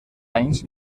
anys